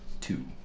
Two